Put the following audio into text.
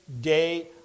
day